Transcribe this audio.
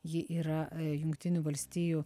ji yra a jungtinių valstijų